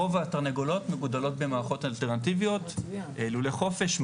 רוב התרנגולות מגודלות במערכות אלטרנטיביות לולי חופש,